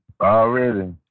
Already